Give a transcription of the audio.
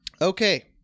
Okay